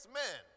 men